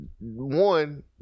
one